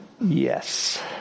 yes